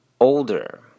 older